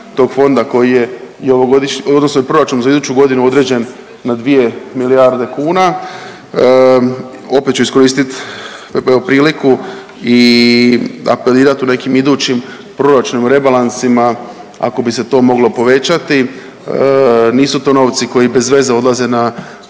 i u odnosu na proračun za iduću godinu određen na dvije milijarde kuna. Opet ću iskoristiti priliku i apelirati u nekim idućim proračunima, rebalansima ako bi se to moglo povećati. Nisu to novci koji bezveze odlaze na